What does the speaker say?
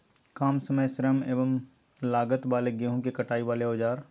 काम समय श्रम एवं लागत वाले गेहूं के कटाई वाले औजार?